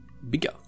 bigger